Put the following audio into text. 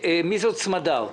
מי זאת סמדר?